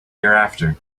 hereafter